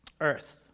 earth